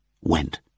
went